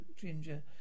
Ginger